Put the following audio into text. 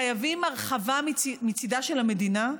חייבים הרחבה מצידה של המדינה,